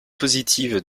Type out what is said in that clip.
positive